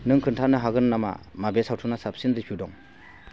नों खोन्थानो हागोन नामा माबे सावथुना साबसिन रिभिउ दं